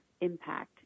impact